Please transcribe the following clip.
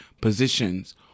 positions